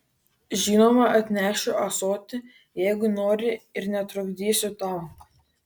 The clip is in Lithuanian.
žinoma atnešiu ąsotį jei nori ir netrukdysiu tau